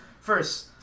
First